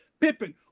Pippin